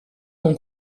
con